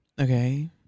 Okay